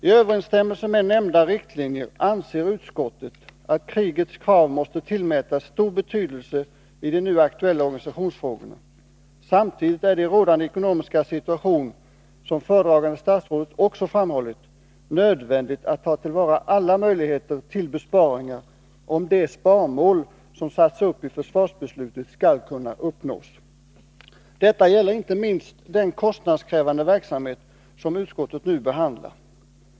I överensstämmelse med nämnda riktlinjer anser utskottet att krigets krav måste tillmätas stor betydelse i de nu aktuella organisationsfrågorna. Samtidigt är det i rådande ekonomiska situation — som föredragande statsrådet också framhållit — nödvändigt att ta till vara alla möjligheter till besparingar om de sparmål som sattes upp i försvarsbeslutet skall kunna nås. Detta gäller inte minst den kostnadskrävande verksamhet som utskottet nu behandlar.